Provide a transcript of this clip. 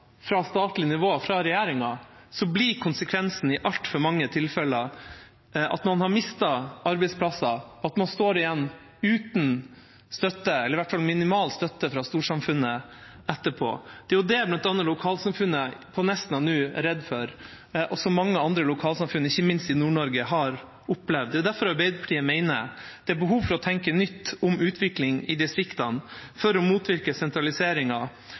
fra statlig nivå, fra regjeringa, blir konsekvensen i altfor mange tilfeller at man mister arbeidsplasser, og at man etterpå står igjen uten støtte, eller i hvert fall med minimal støtte, fra storsamfunnet. Det er jo det lokalsamfunnet på Nesna er redd for nå, og som mange andre lokalsamfunn, ikke minst i Nord-Norge, har opplevd. Det er derfor Arbeiderpartiet mener det er behov for å tenke nytt om utvikling i distriktene for å motvirke sentraliseringa,